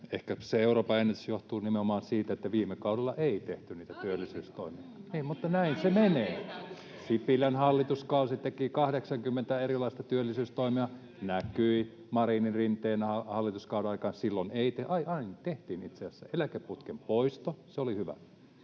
Ehkä se Euroopan ennätys johtuu nimenomaan siitä, että viime kaudella ei tehty niitä työllisyystoimia. [Miapetra Kumpula-Natri: Jaa, viime kaudella!] — Mutta näin se menee. — Sipilän hallitus teki 80 erilaista työllisyystoimea. Se näkyi Marinin—Rinteen hallituskauden aikana. Silloin ei tehty tai tehtiin itse asiassa, tehtiin eläkeputken poisto — se oli hyvä